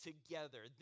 Together